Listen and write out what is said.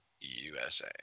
USA